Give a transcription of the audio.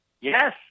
Yes